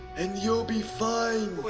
and you'll be fine.